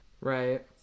Right